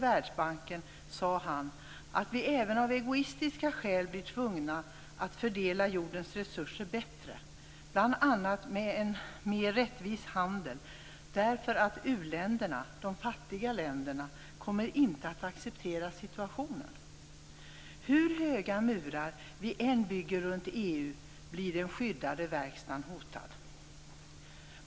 Världsbanken sade han att vi av även egoistiska skäl blir tvungna att fördela jordens resurser bättre, bl.a. med en mer rättvis handel, därför att u-länderna, de fattiga länderna, inte kommer att acceptera situationen. Hur höga murar vi än bygger runt EU blir den skyddade verkstaden hotad.